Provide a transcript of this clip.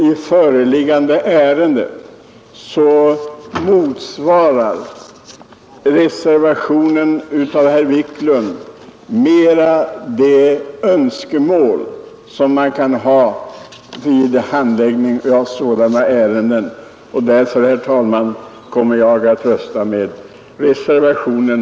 I föreliggande ärende motsvarar reservationen 2 enligt min mening mera de önskemål som man kan ha beträffande handläggningen av ärenden av detta slag, och jag kommer alltså att rösta för den reservationen.